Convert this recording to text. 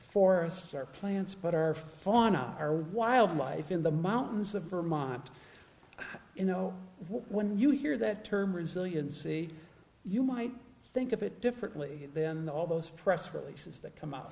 forests our plants but our fauna our wildlife in the mountains of vermont you know when you hear that term resiliency you might think of it differently then all those press releases that come out